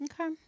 Okay